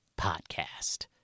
podcast